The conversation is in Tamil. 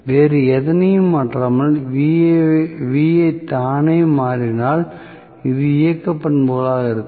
வேறு எதனையும் மாற்றாமல் Va தானே மாறினால் இது இயக்க பண்புகளாக இருக்கும்